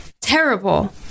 terrible